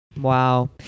Wow